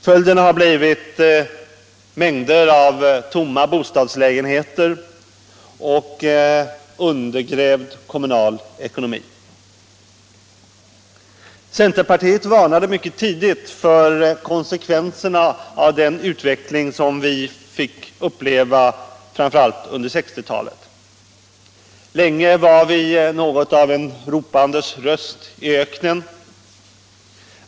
Följden har blivit mängder av tomma bostadslägenheter och undergrävd kommunal ekonomi. Centerpartiet varnade mycket tidigt för konsekvenserna av den utveckling som vi fick uppleva framför allt under 1960-talet. Länge var vi något av en ropandes röst i öknen.